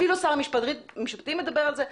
אפילו שר המשפטים מדבר על זה.